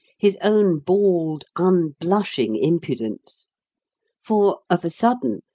his own bald, unblushing impudence for, of a sudden,